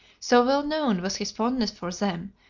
so well known was his fondness for them,